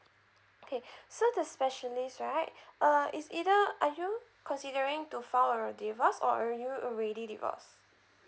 okay so the specialist right uh it's either are you considering to file a divorce or are you already divorce